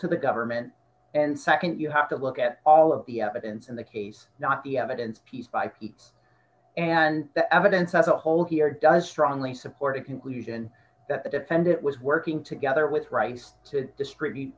to the government and nd you have to look at all of the evidence in the case not the evidence piece by piece and the evidence as a whole here does strongly support a conclusion that the defendant was working together with rice to distribute